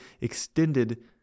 extended